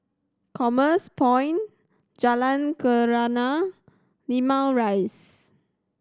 Commerce Point Jalan Kenarah Limau Rise